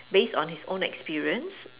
based on his own experience